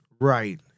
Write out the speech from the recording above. right